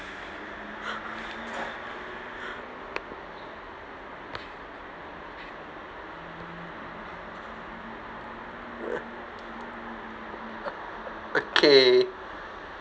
okay